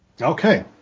okay